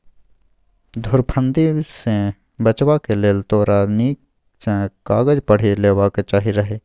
धुरफंदी सँ बचबाक लेल तोरा नीक सँ कागज पढ़ि लेबाक चाही रहय